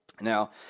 Now